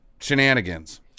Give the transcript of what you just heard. shenanigans